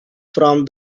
from